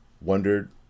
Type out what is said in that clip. wondered